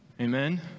Amen